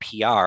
PR